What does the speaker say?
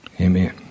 Amen